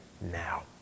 now